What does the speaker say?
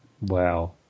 Wow